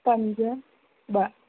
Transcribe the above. पंज ॾह